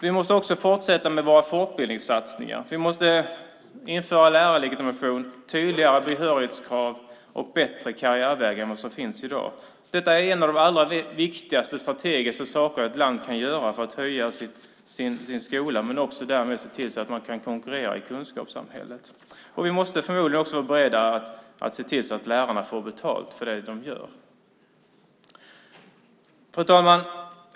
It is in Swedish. Vi måste också fortsätta med våra fortbildningssatsningar. Vi måste införa lärarlegitimation, tydligare behörighetskrav och bättre karriärvägar än vad som finns i dag. Detta är en av de allra viktigaste strategiska sakerna ett land kan göra för att höja sin skola men också för att därmed se till att man kan konkurrera i kunskapssamhället. Vi måste förmodligen också vara beredda att se till att lärarna får betalt för det de gör. Fru talman!